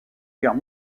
guerre